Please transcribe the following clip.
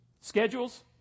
schedules